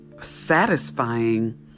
satisfying